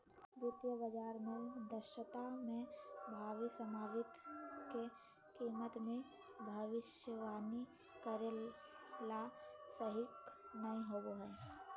वित्तीय बाजार दक्षता मे भविष्य सम्पत्ति के कीमत मे भविष्यवाणी करे ला सटीक नय होवो हय